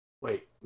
Wait